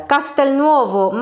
Castelnuovo